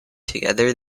together